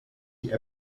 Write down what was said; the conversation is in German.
die